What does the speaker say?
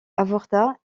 avorta